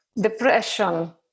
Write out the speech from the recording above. depression